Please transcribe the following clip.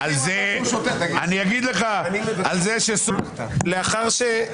אבל אצלנו זה כבר 20א(ב) כי זה פוצל מבחינת סימנים.